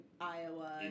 Iowa